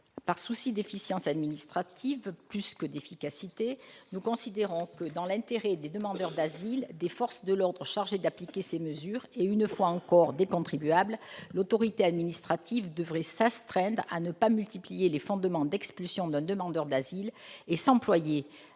Par souci d'efficience administrative plus que d'efficacité, nous considérons que, dans l'intérêt des demandeurs d'asile, des forces de l'ordre chargées d'appliquer ces mesures et, une fois encore, des contribuables, l'autorité administrative devrait s'astreindre à ne pas multiplier les fondements d'expulsion d'un demandeur d'asile et s'employer